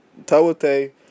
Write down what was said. Tawate